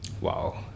Wow